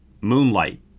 Moonlight